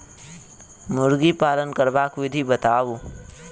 मुर्गी पालन करबाक विधि बताऊ?